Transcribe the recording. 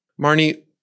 Marnie